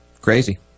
Crazy